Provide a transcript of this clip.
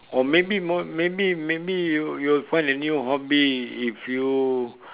or maybe more maybe maybe you will you will find a new hobby if you